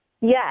Yes